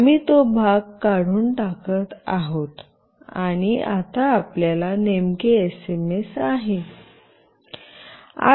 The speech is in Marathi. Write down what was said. आम्ही तो भाग काढून टाकत आहोत आणि आता आपल्याला नेमके एसएमएस आहे